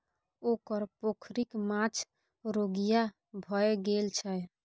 ओकर पोखरिक माछ रोगिहा भए गेल छै